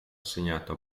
assegnato